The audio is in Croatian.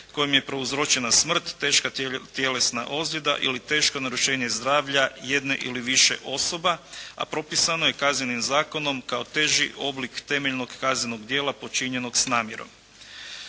kojim je prouzročena smrt, teška tjelesna ozljeda ili teško narušenje zdravlja jedne ili više osoba, a propisano je Kaznenim zakonom kao teži oblik temeljnog kaznenog djela počinjenog s namjerom.